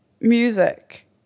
music